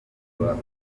abana